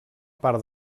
part